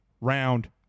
round